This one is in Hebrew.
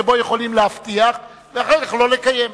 שבו יכולים להבטיח ואחר כך לא לקיים.